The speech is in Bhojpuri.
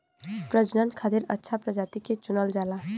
प्रजनन खातिर अच्छा प्रजाति के चुनल जाला